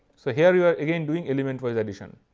so, here you are again doing element wise addition.